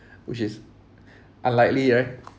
which is unlikely right